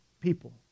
people